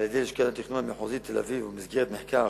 על-ידי לשכת התכנון המחוזית תל-אביב, ובמסגרת מחקר